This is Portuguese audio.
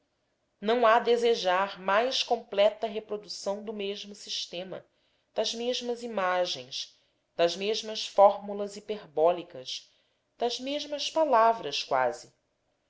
não há desejar mais completa reprodução do mesmo sistema das mesmas imagens das mesmas fórmulas hiperbólicas das mesmas palavras quase